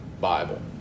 bible